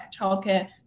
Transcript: childcare